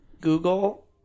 Google